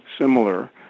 similar